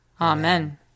Amen